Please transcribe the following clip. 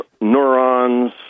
neurons